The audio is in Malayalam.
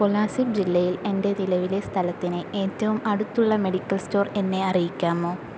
കൊലാസിബ് ജില്ലയിൽ എൻ്റെ നിലവിലെ സ്ഥലത്തിന് ഏറ്റവും അടുത്തുള്ള മെഡിക്കൽ സ്റ്റോർ എന്നെ അറിയിക്കാമോ